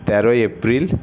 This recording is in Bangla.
তেরোই এপ্রিল